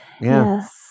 Yes